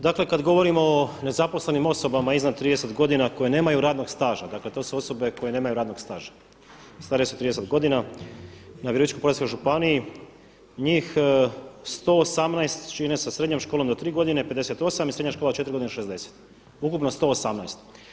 Dakle kada govorimo o nezaposlenim osobama iznad 30 godina koje nemaju radnog staža, dakle to su osobe koje nemaju radnog staža, stare su 30 godina, na Virovitičko-podravskoj županiji, njih 118 čine sa srednjom školom do 3 godine 58 i srednja škola 4 godine 60, ukupno 118.